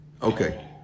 Okay